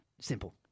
simple